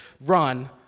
run